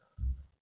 (uh huh)